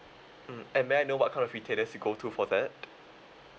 mm and may I know what kind of retailers you go to for that